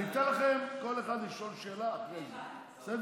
אני אתן לכל אחד מכם לשאול שאלה, בסדר?